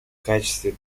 качестве